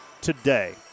today